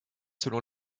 selon